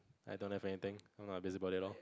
I don't have anything then I busy body loh